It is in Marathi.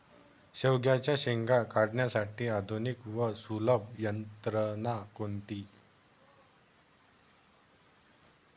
शेवग्याच्या शेंगा काढण्यासाठी आधुनिक व सुलभ यंत्रणा कोणती?